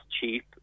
cheap